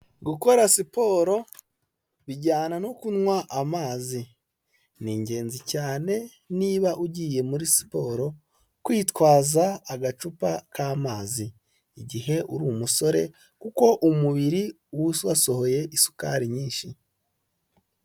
Gukora siporo bijyana no kunywa amazi, ni ingenzi cyane niba ugiye muri siporo kwitwaza agacupa k'amazi igihe uri umusore kuko umubiri uba wasohoye isukari nyinshi.